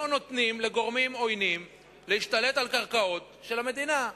שלא נותנים לגורמים עוינים להשתלט על קרקעות של המדינה.